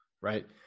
right